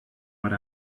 what